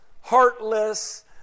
heartless